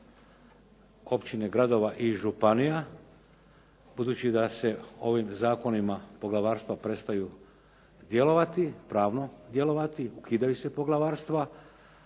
općine, gradova i županija, budući da se ovim zakonima poglavarstva prestaju djelovati, pravno djelovati, ukidaju se poglavarstva,